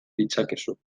ditzakezu